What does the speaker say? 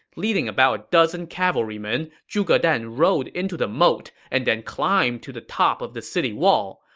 leading about a dozen cavalrymen, zhuge dan rode into the moat and then climbed to the top of the city wall.